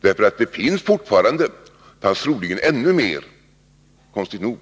Det finns nämligen fortfarande — och fanns troligen i början av 1970-talet, konstigt nog,